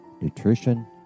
nutrition